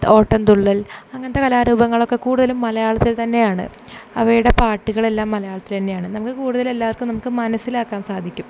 ഓട്ടംതുള്ളൽ അങ്ങനത്തെ കലാരൂപങ്ങളൊക്കെ കൂടുതലും മലയാളത്തിൽ തന്നെയാണ് അവയുടെ പാട്ടുകളെല്ലാം മലയാളത്തിൽ തന്നെയാണ് നമുക്ക് കൂടുതലെല്ലാവർക്കും നമുക്ക് മനസ്സിലാക്കാൻ സാധിക്കും